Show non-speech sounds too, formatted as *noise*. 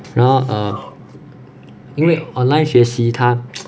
more err 因为 online 学习它 *noise*